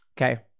Okay